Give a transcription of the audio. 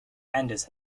anders